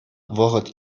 вӑхӑт